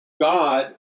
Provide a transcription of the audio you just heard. God